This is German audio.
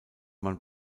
man